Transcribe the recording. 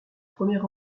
première